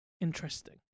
interesting